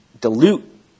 dilute